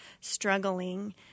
struggling